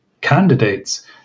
candidates